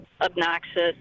obnoxious